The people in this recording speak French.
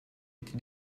été